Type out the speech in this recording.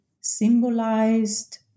symbolized